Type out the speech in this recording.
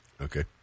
Okay